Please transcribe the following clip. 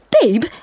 Babe